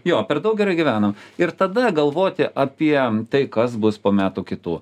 jo per daug gerai gyvenam ir tada galvoti apie tai kas bus po metų kitų